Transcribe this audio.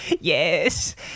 Yes